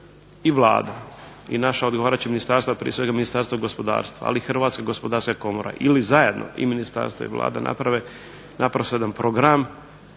i Vlada i naša odgovarajuća ministarstva, prije svega Ministarstvo gospodarstva, ali i Hrvatska gospodarska komora ili zajedno i ministarstvo i Vlada naprave naprosto jedan program